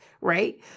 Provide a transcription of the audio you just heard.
right